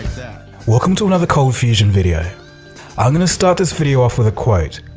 welcome to another coldfusion video i'm going to start this video off with a quote.